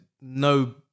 no